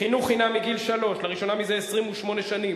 חינוך חינם מגיל שלוש, לראשונה מזה 28 שנים,